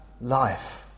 life